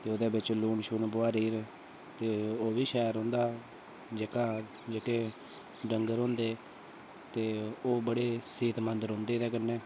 ते ओह्दे बिच लून शून बोहारी ते ओह् बी शैल रौंह्दा जेह्का जेह्के डंगर होंदे ते ओह् बड़े सेह्तमंद रौंह्दे एह्दे कन्नै